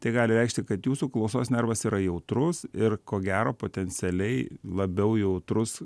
tai gali reikšti kad jūsų klausos nervas yra jautrus ir ko gero potencialiai labiau jautrus